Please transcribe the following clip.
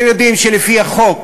אתם יודעים שלפי החוק,